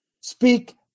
Speak